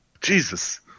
Jesus